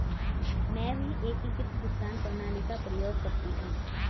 मैं भी एकीकृत भुगतान प्रणाली का प्रयोग करती हूं